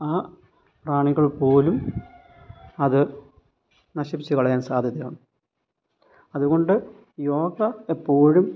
ആ പ്രാണികൾ പോലും അത് നശിപ്പിച്ചുകളയാൻ സാധ്യതയുണ്ട് അതുകൊണ്ട് യോഗ എപ്പോഴും